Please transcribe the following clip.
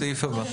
סעיף הבא.